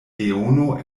leono